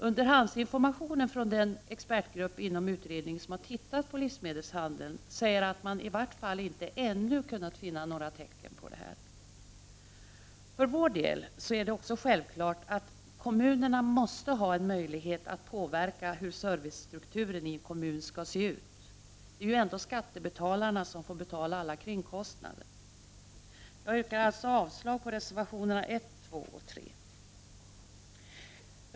Underhandsinformation från den expertgrupp inom utredningen som har studerat livsmedelshandeln säger att man i vart fall inte ännu har kunnat finna några tecken på detta. För vår del är det också självklart att kommunerna måste ha en möjlighet att påverka hur servicestrukturen i en kommun skall se ut. Det är ju ändå skattebetalarna som får betala alla kringkostnader. Jag yrkar således avslag på reservationerna 1, 2 och 3.